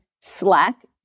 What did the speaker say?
Slack